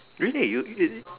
really you it